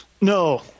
No